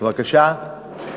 בחלק הראשון אתה